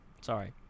Sorry